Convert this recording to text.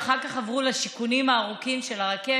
שאחר כך הלכו לשיכונים הארוכים של הרכבות,